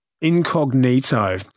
Incognito